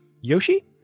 Yoshi